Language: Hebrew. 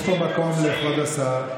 יש פה מקום לכבוד השר.